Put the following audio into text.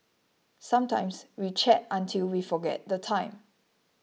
sometimes we chat until we forget the time